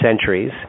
centuries